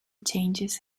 changes